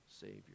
Savior